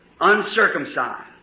Uncircumcised